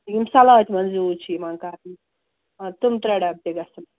یِم سلاتہِ منٛز یوٗز چھِ یِوان کرنہٕ آ تِم ترٛےٚ ڈَبہٕ تہِ گژھن